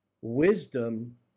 Wisdom